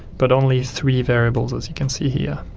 but only three variables as you can see here.